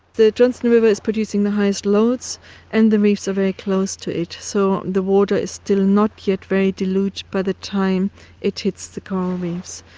the johnstone river is producing the highest loads and the reefs are very close to it, so the water is still not yet very dilute by the time it hits the coral reefs.